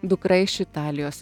dukra iš italijos